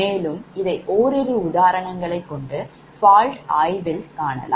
மேலும் இதை ஓரிரு உதாரணங்களைக் கொண்டு fault ஆய்வில் காணலாம்